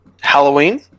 Halloween